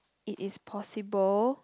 it is possible